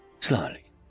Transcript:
Slowly